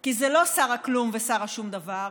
כי זה לא שר הכלום ושר השום דבר,